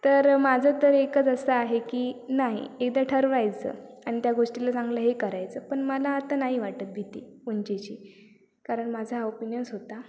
तर माझं तर एकच असं आहे की नाही एकदा ठरवायचं आणि त्या गोष्टीला चांगलं हे करायचं पण मला आता नाही वाटत भीती उंचीची कारण माझा ओपिनियन्स होता